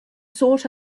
sought